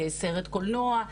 סרט קולנוע,